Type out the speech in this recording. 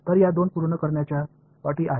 तर या दोन पूर्ण करण्याच्या अटी आहेत